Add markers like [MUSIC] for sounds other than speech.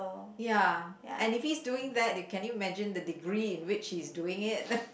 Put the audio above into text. ya and if he's doing that you can you imagine the degree in which he is doing it [LAUGHS]